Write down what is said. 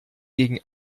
gegen